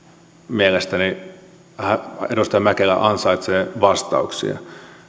mielestäni edustaja mäkelä ansaitsee vastauksia